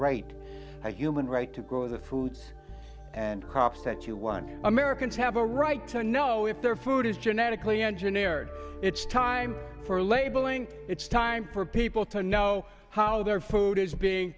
right to human right to grow the food and crops that you want americans have a right to know if their food is genetically engineered it's time for labeling it's time for people to know how their food is being